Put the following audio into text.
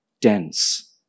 dense